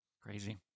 Crazy